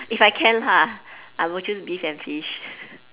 if I can lah I would choose beef and fish